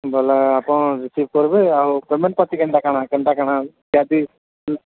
ବୋଇଲେ ଆପଣ ରିସିଭ୍ କରିବେ ଆଉ ପେମେଣ୍ଟ କେନ୍ତା କାଣା କେନ୍ତା କାଣା ଇତ୍ୟାଦି